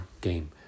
game